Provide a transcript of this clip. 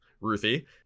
Ruthie